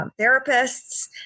therapists